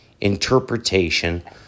interpretation